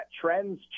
trends